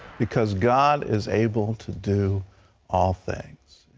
because god is able to do all things.